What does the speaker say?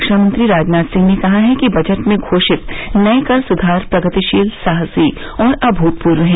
रक्षा मंत्री राजनाथ सिंह ने कहा है कि बजट में घोषित नए कर सुधार प्रगतिशील साहसी और अभूतपूर्व हैं